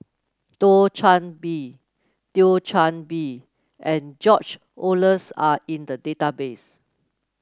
Thio Chan Bee Thio Chan Bee and George Oehlers are in the database